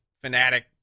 fanatic